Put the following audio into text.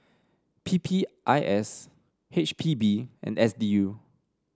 P P I S H P B and S D U